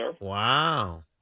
Wow